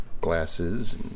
glasses